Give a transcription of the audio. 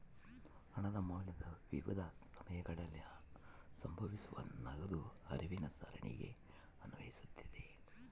ಹಣದ ಮೌಲ್ಯ ವಿವಿಧ ಸಮಯಗಳಲ್ಲಿ ಸಂಭವಿಸುವ ನಗದು ಹರಿವಿನ ಸರಣಿಗೆ ಅನ್ವಯಿಸ್ತತೆ